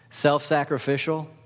Self-sacrificial